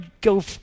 go